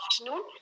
afternoon